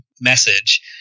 message